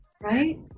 right